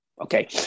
okay